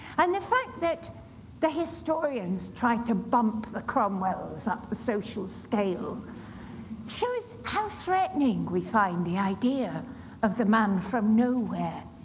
and the fact that the historians tried to bump the cromwells up the social scale shows how threatening we find the idea of the man from nowhere,